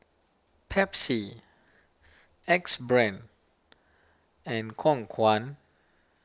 Pepsi Axe Brand and Khong Guan